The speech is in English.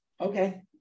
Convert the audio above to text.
Okay